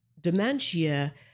dementia